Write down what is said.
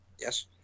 Yes